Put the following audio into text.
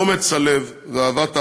אומץ הלב ואהבת הארץ,